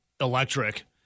electric